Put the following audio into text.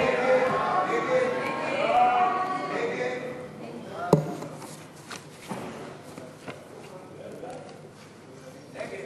הצעת